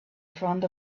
front